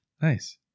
Nice